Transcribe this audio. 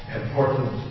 important